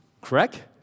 Correct